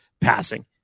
passing